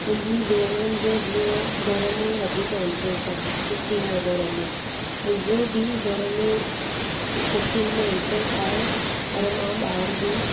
मुंहिंजी भेणरुनि जो जीअं घर में वधीक इंट्रस्ट आहे कुकिंग वग़ैरह में मुंहिंजो बि घर में कुकिंग में इंट्रस्ट आहे पर मां ॿाहिरि बि